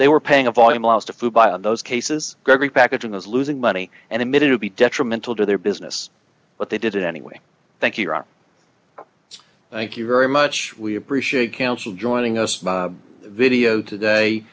they were paying a volume loss to food by in those cases gregory packaging was losing money and emitted would be detrimental to their business but they did it anyway thank you ron thank you very much we appreciate council joining us via video today